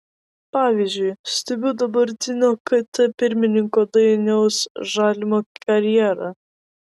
pavyzdžiui stebiu dabartinio kt pirmininko dainiaus žalimo karjerą